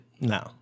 No